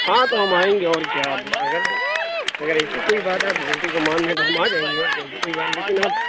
ہاں تو ہم آئیں گے اور کیا اب اگر اگر ایسی کوئی بات ہے آپ غلطی کو مان رہے ہیں تو ہم آ جائیں گے اور کیا ایسی کوئی بات لیکن آپ